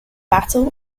battle